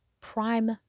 prime